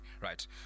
right